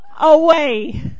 away